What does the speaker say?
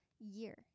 year